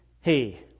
hey